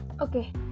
Okay